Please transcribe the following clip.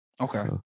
Okay